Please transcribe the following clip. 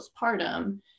postpartum